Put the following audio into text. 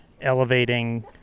elevating